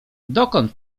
dokąd